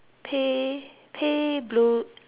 pay blue pay your